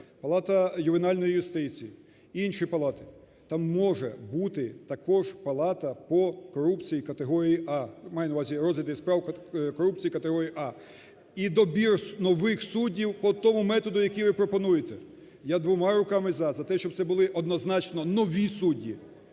палата ювенальної юстиції, інші палати, там може бути також палата по корупції категорії "А", маю на увазі розгляди справ корупції категорії "А", і добір нових суддів по тому методу, який ви пропонуєте. Я двома руками "за", за те, щоб це були однозначно нові судді,